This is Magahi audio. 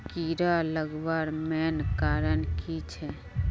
कीड़ा लगवार मेन कारण की छे?